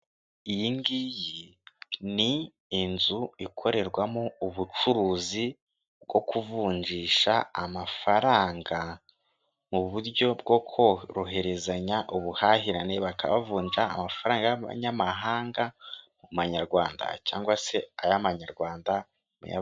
Iyi ngiyi ni inzu ikorerwamo ubucuruzi bwo kuvunjisha amafaranga mu buryo bwo koroherezanya ubuhahirane, bakavunja amafaranga y'amanyamahanga mu manyarwanda cyangwa se ay'amanyarwanda muya.